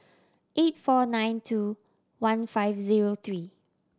eight four nine two one five zero three